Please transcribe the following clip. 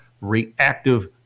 reactive